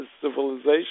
civilization